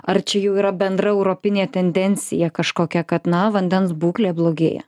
ar čia jau yra bendra europinė tendencija kažkokia kad na vandens būklė blogėja